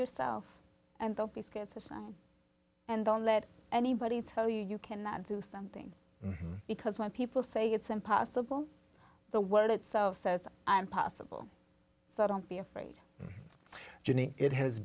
assessment and don't let anybody tell you you cannot do something because when people say it's impossible the world itself says i'm possible so don't be afraid jenny it has